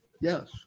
Yes